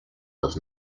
does